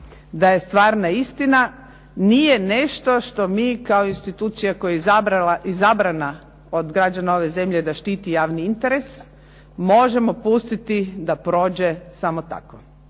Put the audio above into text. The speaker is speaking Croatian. da je stvarno istina, nije nešto što mi kao institucija koja je izabrana od građana ove zemlje da štiti javni interes, možemo pustiti da prođe samo tako,